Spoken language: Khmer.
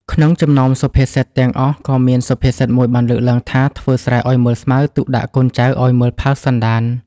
ក្នុងចំណោមសុភាសិតទាំងអស់ក៏មានសុភាសិតមួយបានលើកឡើងថា ធ្វើស្រែឲ្យមើលស្មៅ ទុកដាក់កូនចៅឲ្យមើលផៅសន្តាន។